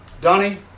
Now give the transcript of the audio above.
Donnie